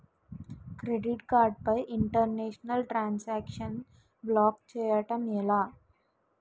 Credit card పై international transaction block చేయటం ఎలా?